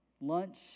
lunch